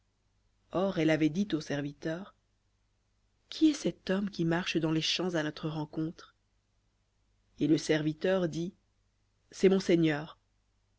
or elle avait dit au serviteur qui est cet homme qui marche dans les champs à notre rencontre et le serviteur dit c'est mon seigneur